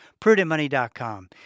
prudentmoney.com